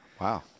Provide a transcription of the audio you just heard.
Wow